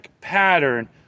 pattern